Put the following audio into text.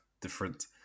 different